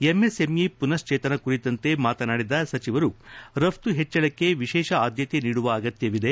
MSME ಪುನಶ್ಚೇತನ ಕುರಿತಂತೆ ಮಾತನಾಡಿದ ಸಚಿವರು ರಫ್ತು ಹೆಚ್ಚಳಕ್ಕೆ ವಿಶೇಷ ಆದ್ದತೆ ನೀಡುವ ಅಗತ್ಯವಿದೆ